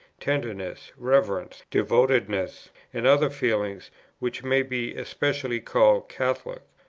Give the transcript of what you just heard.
tenderness, reverence, devotedness, and other feelings which may be especially called catholic.